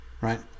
right